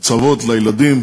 הקצבאות לילדים,